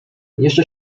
jeszcze